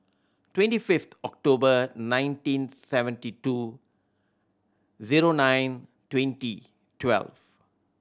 twenty fifth October nineteen seventy two zero nine twenty twelve